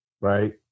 right